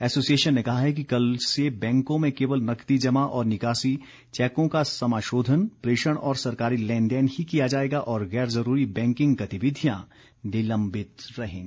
association ने कहा है कि कल से बैंकों में केवल नकदी जमा और निकासी चैकों का समाशोधन प्रेषण और सरकारी लेन देन ही किया जाएगा और गैर जरूरी बैंकिंग गतिविधियां निलंबित रहेंगी